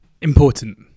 Important